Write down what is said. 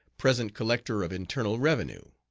present collector of internal revenue.